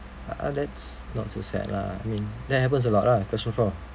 uh uh that's not so sad lah I mean that happens a lot lah question four